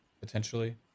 potentially